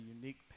unique